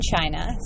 China